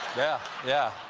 yeah, yeah,